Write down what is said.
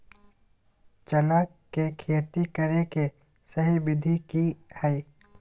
चना के खेती करे के सही विधि की हय?